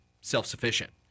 self-sufficient